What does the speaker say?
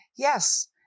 Yes